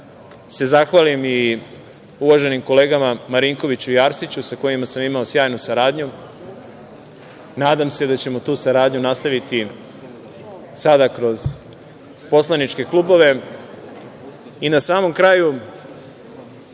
se zahvalim i uvaženim kolegama Marinkoviću i Arsiću, sa kojima sam imao sjajnu saradnju, nadam se da ćemo tu saradnju nastaviti sada kroz poslaničke klubove. Na samom kraju,